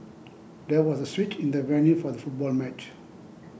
there was a switch in the venue for the football match